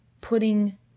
putting